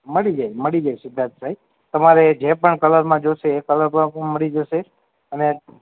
મળી જાય મળી જાય સિધ્ધાર્થભાઈ તમારે જે પણ કલરમાં જોઈશે એ કલરમાં પણ મળી જશે અને